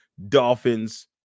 Dolphins